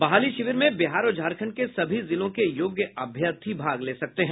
बहाली शिविर में बिहार और झारखंड के सभी जिलों के योग्य अभ्यर्थी भाग ले सकते हैं